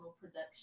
production